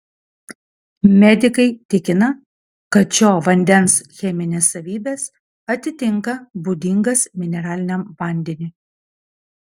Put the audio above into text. medikai tikina kad šio vandens cheminės savybės atitinka būdingas mineraliniam vandeniui